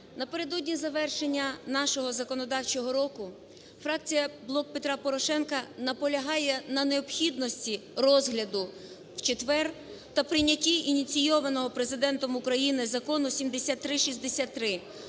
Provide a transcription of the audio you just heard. напередодні завершення нашого законодавчого року фракція "Блок Петра Порошенка" наполягає на необхідності розгляду в четвер та прийнятті ініційованого Президентом України Закону 7363